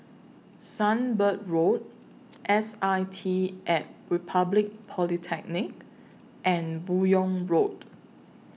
Sunbird Road S I T At Republic Polytechnic and Buyong Road